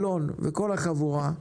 לאלון וכל החבורה: